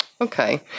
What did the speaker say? Okay